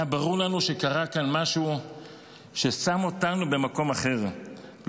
היה ברור לנו שקרה כאן משהו ששם אותנו במקום אחר,